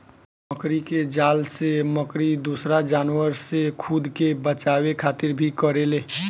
मकड़ी के जाल से मकड़ी दोसरा जानवर से खुद के बचावे खातिर भी करेले